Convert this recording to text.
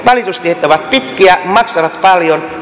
valitustiet ovat pitkiä maksavat paljon